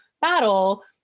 battle